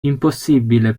impossibile